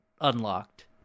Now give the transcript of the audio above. unlocked